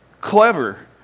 clever